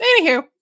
anywho